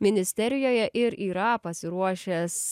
ministerijoje ir yra pasiruošęs